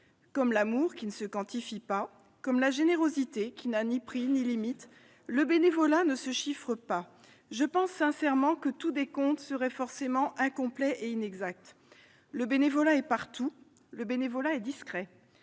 Comme l'amour qui ne se quantifie pas, comme la générosité qui n'a ni prix ni limite, le bénévolat ne se chiffre pas ! Je pense sincèrement que tout décompte serait forcément incomplet et inexact. Le bénévolat est partout, le bénévolat est discret.